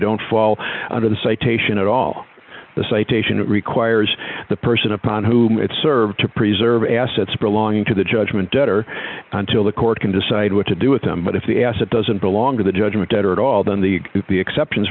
don't fall under the citation at all the citation requires the person upon whom it served to preserve assets belonging to the judgment debtor until the court can decide what to do with them but if the asset doesn't belong to the judgment at all then the if the exceptions